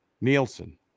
Nielsen